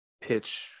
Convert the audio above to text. pitch